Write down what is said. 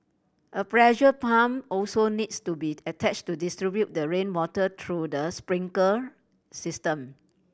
a pressure pump also needs to be attached to distribute the rainwater through the sprinkler system